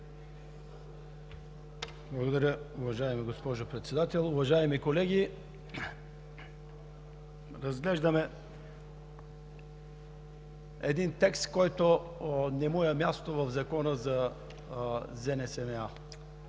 Благодаря, уважаема госпожо Председател. Уважаеми колеги, разглеждаме един текст, на който не му е мястото в Закона за ЗМСМА,